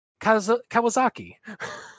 Kawasaki